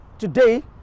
today